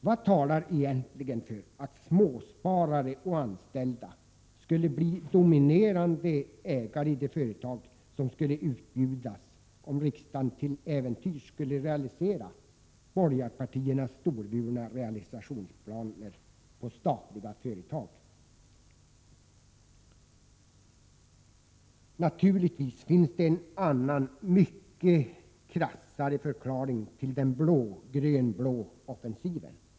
Vad talar egentligen för att småsparare och anställda skulle bli dominerande ägare i de företag som skulle utbjudas, om riksdagen till äventyrs skulle förverkliga borgarpartiernas storvulna realisationsplaner i fråga om statliga företag? Naturligtvis finns det en annan, mycket krassare förklaring till den blågrönblå offensiven.